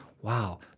wow